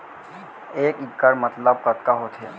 एक इक्कड़ मतलब कतका होथे?